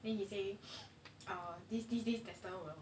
then he say um this this lesson will